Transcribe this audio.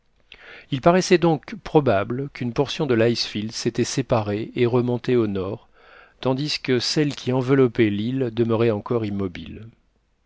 il paraissait donc probable qu'une portion de l'icefield s'était séparée et remontait au nord tandis que celle qui enveloppait l'île demeurait encore immobile